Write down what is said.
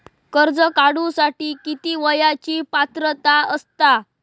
कर्ज काढूसाठी किती वयाची पात्रता असता?